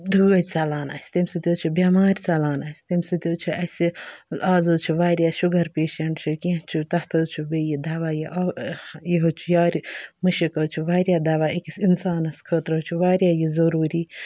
دٲدۍ ژَلان اَسہِ تمہِ سۭتۍ حظ چھِ بٮ۪مارِ ژَلان اَسہِ تمہِ سۭتۍ حظ چھِ اَسہِ اَز حظ چھِ واریاہ شُگَر پیشَںٛٹ چھِ کینٛہہ چھِ تَتھ حظ چھُ بیٚیہِ یہِ دَوا یہِ آ یہِ حظ چھِ یارِ مُشِک حظ چھِ واریاہ دَوا أکِس اِنسانَس خٲطرٕ حظ چھُ واریاہ یہِ ضروٗری